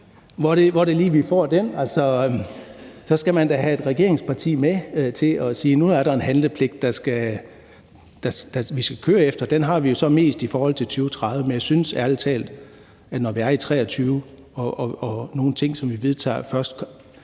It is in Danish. pålægge en regering? Så skal man da have et regeringsparti med til at sige, at der nu er en handlepligt, vi skal køre efter, og den har vi jo så mest i forhold til 2030. Men nu er vi i 2023, og der er nogle af de ting, som vi vedtager,